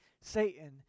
Satan